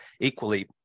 equally